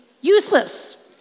useless